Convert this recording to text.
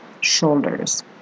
shoulders